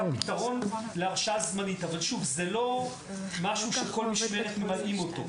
אבל זה לא משהו שכל משמרת ממלאים אותו.